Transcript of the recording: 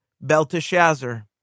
Belteshazzar